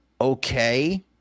okay